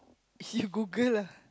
you Google lah